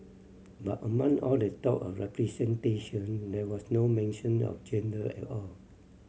but among all the talk of representation there was no mention of gender at all